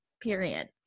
period